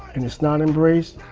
and it's not embraced,